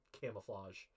camouflage